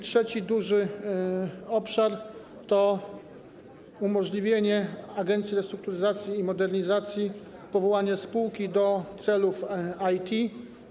Trzeci duży obszar to umożliwienie agencji restrukturyzacji i modernizacji powołania spółki do celów IT.